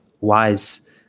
wise